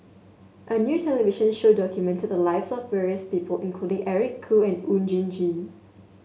a new television show documented the lives of various people including Eric Khoo and Oon Jin Gee